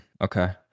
Okay